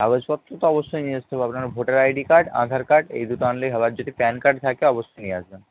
কাগজপত্র তো অবশ্যই নিয়ে আসতে হবে আপনার voter ID card Aadhaar card এই দুটো আনলেই হবে আর যদি প্যান কার্ড থাকে অবশ্যই নিয়ে আসবেন